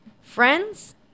friends